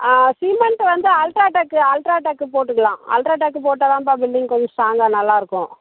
ஆ cement வந்து UltraTech UltraTech போட்டுக்கலாம் UltraTech போட்டால் தான்ப்பா பில்டிங் கொஞ்சம் ஸ்ட்ராங்காக நல்லாயிருக்கும்